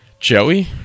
Joey